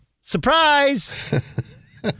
Surprise